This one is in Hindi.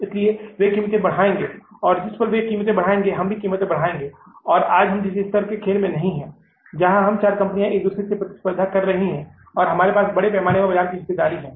इसलिए वे कीमत को बढ़ाएंगे और फिर जिस पल वे कीमत को बढ़ाएंगे हम कीमत को भी बढ़ाएंगे और आज हम एक स्तर का खेल में नहीं है जहां सभी चार कंपनियां एक दूसरे के साथ प्रतिस्पर्धा कर रही हैं और उनके पास बड़े पैमाने पर बाजार हिस्सेदारी है